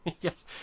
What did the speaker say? Yes